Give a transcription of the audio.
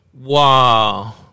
Wow